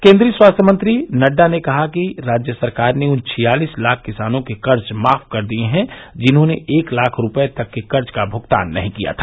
केन्द्रीय स्वास्थ्य मंत्री नड्डा ने कहा कि राज्य सरकार ने उन छियालिस लाख किसानों के कर्ज माफ कर दिए हैं जिन्होंने एक लाख रूपये तक के कर्ज का भुगतान नहीं किया था